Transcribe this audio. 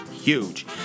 huge